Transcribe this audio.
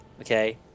okay